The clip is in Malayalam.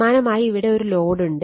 സമാനമായി ഇവിടെ ഒരു ലോഡുണ്ട്